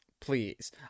please